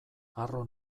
harro